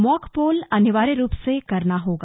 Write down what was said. mock poll अनिवार्य रूप से करना होगा